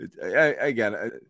Again